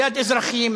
ליד אזרחים,